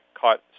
caught